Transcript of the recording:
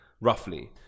roughly